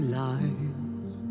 lives